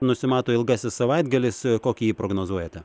nusimato ilgasis savaitgalis kokį jį prognozuojate